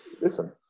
Listen